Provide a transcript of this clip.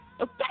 Okay